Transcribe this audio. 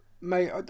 mate